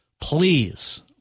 please